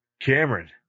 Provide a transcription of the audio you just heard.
Cameron